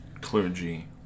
clergy